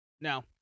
Now